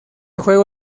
juego